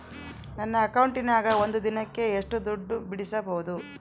ನನ್ನ ಅಕೌಂಟಿನ್ಯಾಗ ಒಂದು ದಿನಕ್ಕ ಎಷ್ಟು ದುಡ್ಡು ಬಿಡಿಸಬಹುದು?